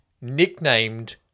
nicknamed